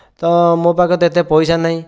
ତ ମୋ ପାଖରେ ତ ଏତେ ପଇସା ନାହିଁ